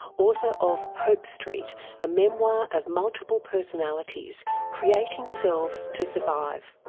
author of hope street a memoir of multiple personalities creating selves to survive.